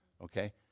okay